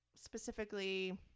specifically